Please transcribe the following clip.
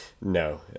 No